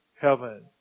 heaven